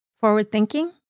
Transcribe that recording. forward-thinking